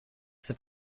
sit